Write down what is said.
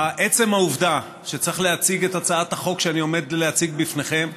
עצם העובדה שצריך להציג את הצעת החוק שאני עומד להציג בפניכם,